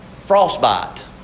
frostbite